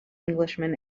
englishman